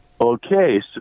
Okay